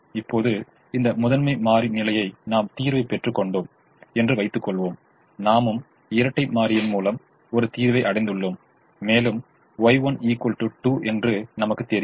இப்போது இந்த முதன்மை மாறி நிலையை நாம் தீர்வை பெற்று கொண்டோம் என்று வைத்துக் கொள்வோம் நாமும் இரட்டை மாறியின் மூலம் ஒரு தீர்வை அடைந்துள்ளோம் மேலும் Y1 2 என்று நமக்குத் தெரியும்